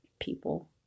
people